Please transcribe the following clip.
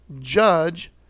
judge